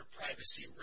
privacy